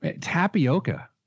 Tapioca